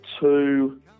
two